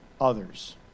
others